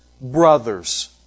Brothers